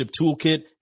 toolkit